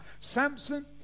Samson